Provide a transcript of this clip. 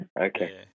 Okay